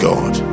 God